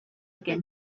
again